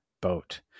boat